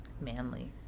Manly